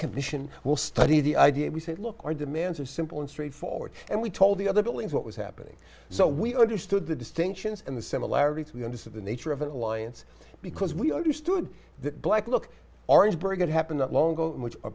commission will study the idea he said look our demands are simple and straightforward and we told the other buildings what was happening so we understood the distinctions and the similarities we understood the nature of an alliance because we understood the black look orangeburg it happened not long ago in which